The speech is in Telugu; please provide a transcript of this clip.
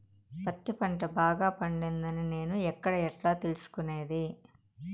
పత్తి పంట బాగా పండిందని నేను ఎక్కడ, ఎట్లా తెలుసుకునేది?